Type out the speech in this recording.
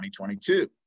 2022